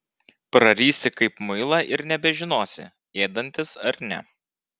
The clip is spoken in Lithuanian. prarysi kaip muilą ir nebežinosi ėdantis ar ne